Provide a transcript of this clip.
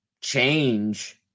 change